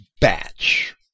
batch